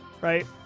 right